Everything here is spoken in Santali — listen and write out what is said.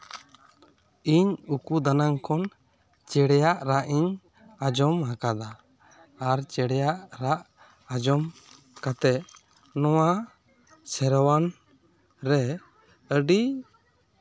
ᱤᱧ ᱩᱠᱩ ᱫᱟᱱᱟᱝ ᱠᱷᱚᱱ ᱪᱮᱬᱮᱭᱟᱜ ᱨᱟᱜ ᱤᱧ ᱟᱸᱡᱚᱢ ᱟᱠᱟᱫᱟ ᱟᱨ ᱪᱮᱬᱮᱭᱟᱜ ᱨᱟᱜ ᱟᱸᱡᱚᱢ ᱠᱟᱛᱮᱜ ᱱᱚᱣᱟ ᱥᱮᱨᱣᱟᱱ ᱨᱮ ᱟᱹᱰᱤ